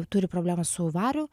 turi problemą su variu